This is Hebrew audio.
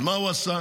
אז מה הוא עשה?